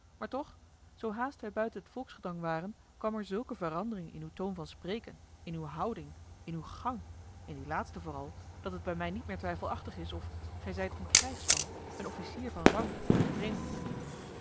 maar toch zoo haast wij buiten t volksgedrang waren kwam er zulke verandering in uw toon van spreken in uwe houding in uw gang in dien laatsten vooral dat het bij mij niet meer twijfelachtig is of gij zijt een krijgsman een officier van rang uit den vreemde